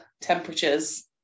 temperatures